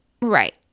Right